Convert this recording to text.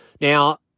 Now